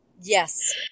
Yes